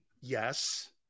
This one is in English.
Yes